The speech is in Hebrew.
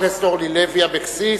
חברת הכנסת אורלי לוי אבקסיס,